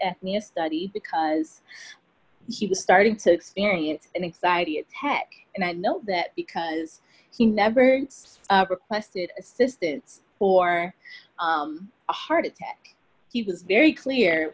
apnea study because he was starting to experience an exciting head and i know that because he never requested assistance for a heart attack he was very clear